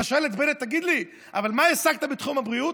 אתה שואל את בנט: תגיד לי, מה השגת בתחום הבריאות?